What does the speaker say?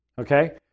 Okay